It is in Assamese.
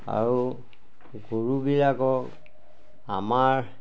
আৰু গৰুবিলাকক আমাৰ